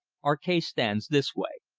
our case stands this way.